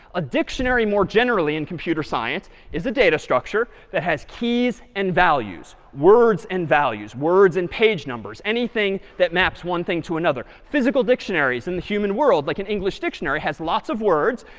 a dictionary more generally in computer science is a data structure that has keys and values, words and values, words and page numbers, anything that maps one thing to another. physical dictionaries in the human world, like an english dictionary, has lots of words.